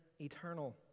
eternal